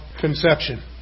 conception